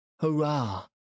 Hurrah